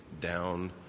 down